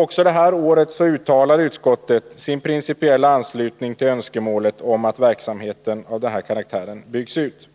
Också detta år uttalar utskottet sin principiella anslutning till önskemålet om att verksamhet av denna karaktär byggs ut.